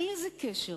אין לזה קשר.